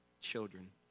children